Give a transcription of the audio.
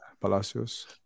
Palacios